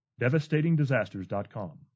DevastatingDisasters.com